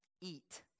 Eat